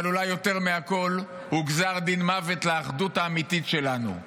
אבל אולי יותר מהכול הוא גזר דין מוות לאחדות האמיתית שלנו.